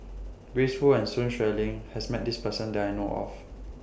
Grace Fu and Sun Xueling has Met This Person that I know of